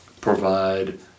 provide